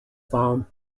farm